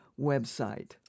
website